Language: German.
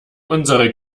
unsere